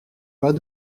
pas